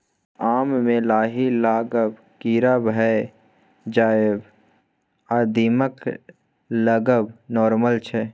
आम मे लाही लागब, कीरा भए जाएब आ दीमक लागब नार्मल छै